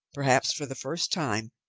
perhaps for the first time,